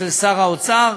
של שר האוצר.